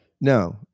No